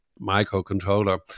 microcontroller